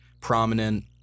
prominent